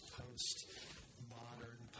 post-modern